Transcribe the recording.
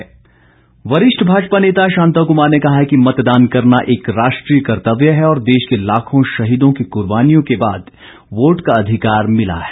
शांता कुमार वरिष्ठ भाजपा नेता शांता कुमार ने कहा है कि मतदान करना एक राष्ट्रीय कर्तव्य है और देश के लाखों शहीदों की कुर्बानियों के बाद वोट का अधिकार मिला है